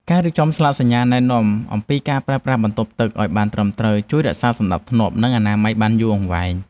ការរៀបចំស្លាកសញ្ញាណែនាំអំពីការប្រើប្រាស់បន្ទប់ទឹកឱ្យបានត្រឹមត្រូវជួយរក្សាសណ្តាប់ធ្នាប់ និងអនាម័យបានយូរអង្វែង។